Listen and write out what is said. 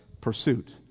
pursuit